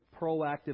proactive